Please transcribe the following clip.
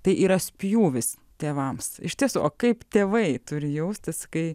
tai yra spjūvis tėvams išties o kaip tėvai turi jaustis kai